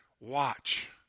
watch